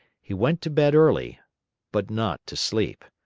he went to bed early but not to sleep.